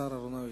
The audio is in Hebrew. השר אהרונוביץ,